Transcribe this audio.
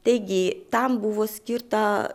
taigi tam buvo skirta